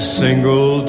single